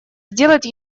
сделать